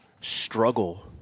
struggle